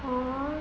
!wah!